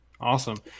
Awesome